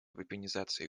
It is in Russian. вепонизации